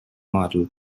model